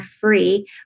free